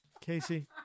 Casey